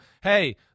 hey